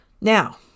Now